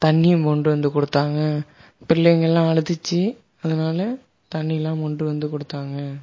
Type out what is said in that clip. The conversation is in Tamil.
தண்ணி மோண்டு வந்து கொடுத்தாங்க பிள்ளைங்கள்லாம் அழுதுச்சு அதனால் தண்ணிலாம் மோண்று வந்து கொடுத்தாங்க